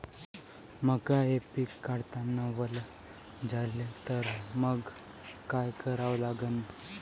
मका हे पिक काढतांना वल झाले तर मंग काय करावं लागन?